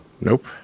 Nope